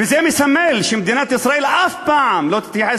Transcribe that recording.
וזה מסמל שמדינת ישראל אף פעם לא תתייחס